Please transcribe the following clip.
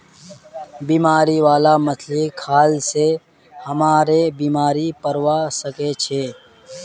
बीमारी बाला मछली खाल से हमरो बीमार पोरवा सके छि